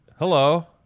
Hello